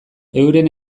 euren